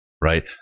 right